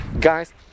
guys